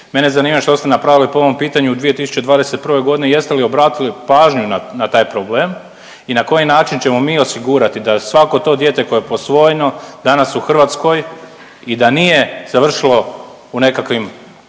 Mene zanima što ste napravili po ovom pitanju u 2021.g., jeste li obratili pažnju na taj problem i na koji način ćemo mi osigurati da svako to dijete koje je posvojeno danas u Hrvatskoj i da nije završilo u nekakvim